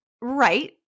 Right